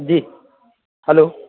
جی hello